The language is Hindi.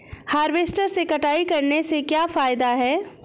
हार्वेस्टर से कटाई करने से क्या फायदा है?